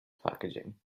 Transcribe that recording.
packaging